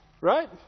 Right